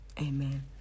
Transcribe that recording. Amen